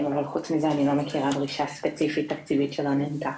אבל חוץ מזה אני לא מכירה דרישה ספציפית תקציבית שלא נענתה.